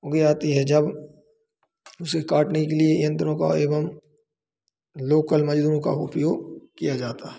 उग जाती है जब उसे काटने के लिए यंत्रों का एवं लोकल मज़दूरों का उपयोग किया जाता है